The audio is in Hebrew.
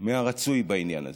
מהרצוי בעניין הזה.